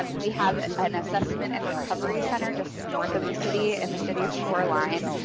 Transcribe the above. um we have an assessment and recovery center just north of the city in the city of shoreline.